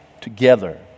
together